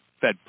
Fed